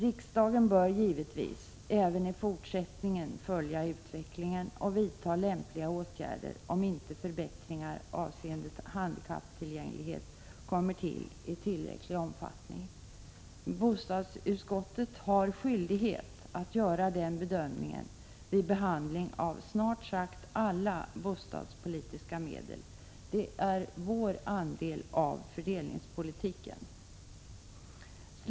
Riksdagen bör givetvis även i fortsättningen följa utvecklingen och vidta lämpliga åtgärder, om inte förbättringar avseende handikapptillgänglighet kommer till i tillräcklig omfattning. Bostadsutskottet har skyldighet att göra en bedömning av detta vid behandlingen av snart sagt alla bostadspolitiska medel. Det är vår andel av fördelningspolitiken.